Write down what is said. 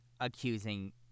Accusing